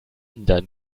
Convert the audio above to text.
dann